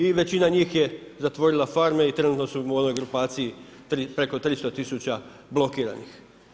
I većina njih je zatvorila farme i trenutno su u onoj grupaciji preko 300 000 blokiranih.